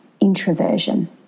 introversion